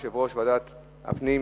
יושב-ראש ועדת הפנים,